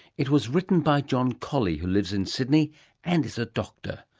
it was written by john collee who lives in sydney and is a doctor.